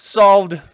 solved